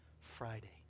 Friday